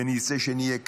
ונרצה שנהיה כאלה,